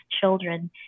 children